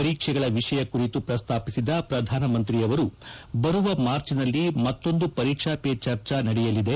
ಪರೀಕ್ಷೆಗಳ ವಿಷಯ ಕುರಿತು ಪ್ರಸ್ತಾಪಿಸಿದ ಪ್ರಧಾನಮಂತ್ರಿ ಅವರು ಮುಂದಿನ ಮಾರ್ಚ್ನಲ್ಲಿ ಮತ್ತೊಂದು ಪರೀಕ್ಷಾ ಪೆ ಚರ್ಚಾ ನಡೆಯಲಿದೆ